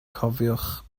cofiwch